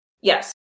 Yes